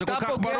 זה כל כך ברור.